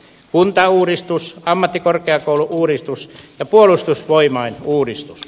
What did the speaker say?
kuntauudistus ammattikorkeakoulu uudistus ja puolustusvoimain uudistus